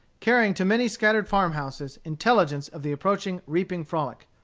carrying to many scattered farm-houses intelligence of the approaching reaping frolic.